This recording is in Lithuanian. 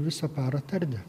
visą parą tardė